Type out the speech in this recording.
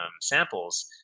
samples